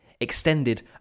extended